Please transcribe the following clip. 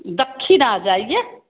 दख्खिन आ जाइए